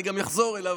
אני גם אחזור אליו,